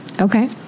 Okay